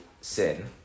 sin